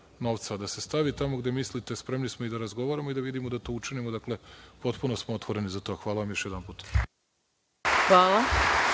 novca, a da se stavi tamo gde mislite, spremni smo i da razgovaramo i da vidimo da to učinimo, dakle potpuno smo otvoreni za to. Hvala vam još jedanput. **Maja